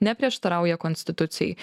neprieštarauja konstitucijai